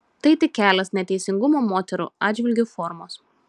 tai tik kelios neteisingumo moterų atžvilgiu formos